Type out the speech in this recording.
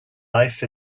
life